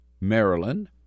Maryland